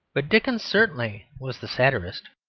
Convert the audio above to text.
but dickens certainly was the satirist.